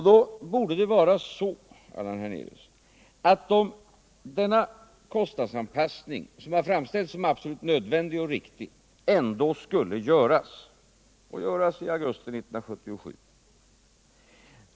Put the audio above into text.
Då borde det vara så, Allan Hernelius, att denna kostnadsanpassning som har framställts som absolut nödvändig och riktig ändå skulle göras, och den skulle göras i augusti 1977.